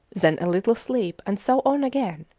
then a little sleep, and so on again,